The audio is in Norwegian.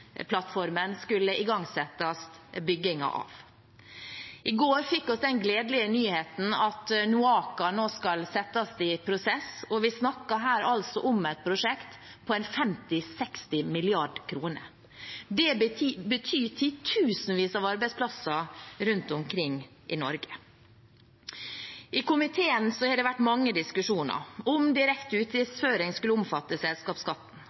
skulle igangsette byggingen av Hod-plattformen. I går fikk vi den gledelige nyheten at NOAKA nå skal settes i prosess. Vi snakker her om et prosjekt på 50–60 mrd. kr. Det betyr titusenvis av arbeidsplasser rundt omkring i Norge. I komiteen har det vært mange diskusjoner – om direkte utgiftsføring skulle omfattes av selskapsskatten,